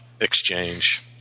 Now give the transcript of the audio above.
exchange